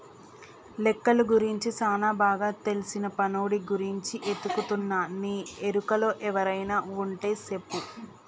లెక్కలు గురించి సానా బాగా తెల్సిన పనోడి గురించి ఎతుకుతున్నా నీ ఎరుకలో ఎవరైనా వుంటే సెప్పు